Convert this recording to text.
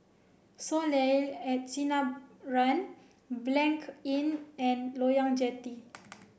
Soleil at Sinaran Blanc Inn and Loyang Jetty